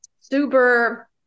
super